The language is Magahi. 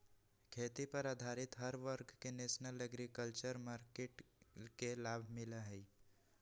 खेती पर आधारित हर वर्ग के नेशनल एग्रीकल्चर मार्किट के लाभ मिला हई